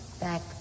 back